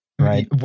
Right